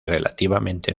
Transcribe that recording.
relativamente